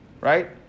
right